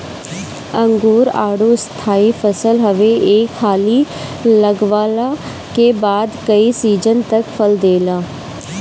अंगूर, आडू स्थाई फसल हवे एक हाली लगवला के बाद कई सीजन तक फल देला